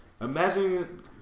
Imagine